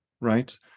right